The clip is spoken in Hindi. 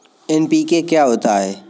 एन.पी.के क्या होता है?